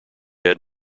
had